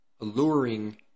alluring